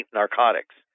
narcotics